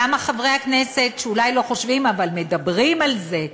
למה חברי הכנסת שאולי לא חושבים אבל מדברים על זה,